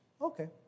Okay